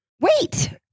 Wait